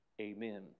Amen